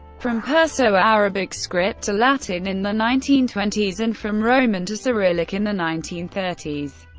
from perso-arabic script to latin in the nineteen twenty s and from roman to cyrillic in the nineteen thirty s.